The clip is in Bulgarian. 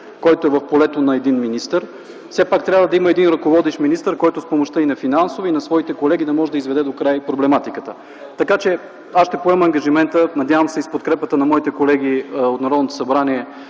който е в полето на един министър, все пак трябва да има един ръководещ министър, който с финансова помощ и с помощта на своите колеги да може да изведе докрай проблематиката. Така че аз ще поема ангажимента, надявам се и с подкрепата на моите колеги от Народното събрание,